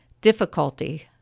difficulty